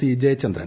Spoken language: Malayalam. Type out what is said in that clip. സി ജയചന്ദ്രൻ